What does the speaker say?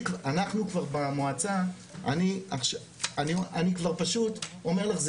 אנחנו במועצה, אני כבר פשוט אומר לך,